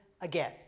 again